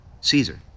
Caesar